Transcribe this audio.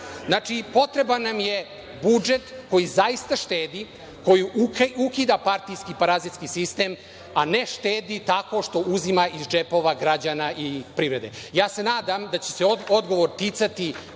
Potreban nam je budžet koji zaista štedi, koji ukida partijski parazitski sistem, a ne štedi tako što uzima iz džepova građana i privrede. Nadam se da će se odgovor ticati